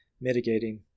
mitigating